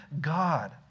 God